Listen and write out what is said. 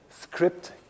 script